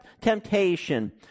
temptation